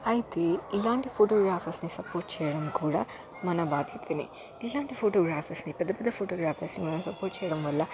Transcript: అయితే ఇలాంటి ఫోటోగ్రాఫర్స్ని సపోర్ట్ చేయడం కూడా మన బాధ్యతే ఇలాంటి ఫోటోగ్రాఫర్స్ని పెద్ద పెద్ద ఫోటోగ్రాఫర్స్ని మనం సపోర్ట్ చేయడం వల్ల